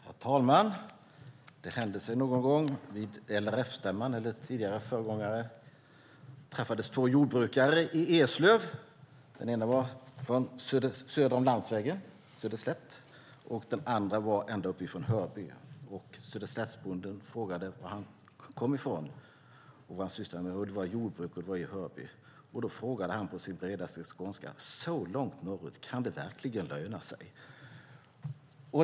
Herr talman! Det hände sig någon gång vid LRF-stämman, eller en tidigare föregångare till den, att två jordbrukare träffades i Eslöv. Den ena var från söder om landsvägen, från Söderslätt, och den andra var ända uppifrån Hörby. Söderslättsbonden frågade var han kom ifrån och vad han sysslade med, och det var Hörby och jordbruk. Då frågade den första bonden på sin bredaste skånska: Så långt norrut? Kan det verkligen löna sig?